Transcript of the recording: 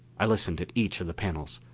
i listened at each of the panels,